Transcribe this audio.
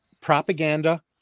propaganda